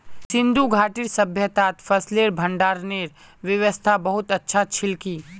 सिंधु घाटीर सभय्तात फसलेर भंडारनेर व्यवस्था बहुत अच्छा छिल की